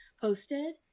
posted